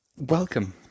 Welcome